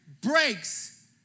breaks